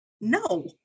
no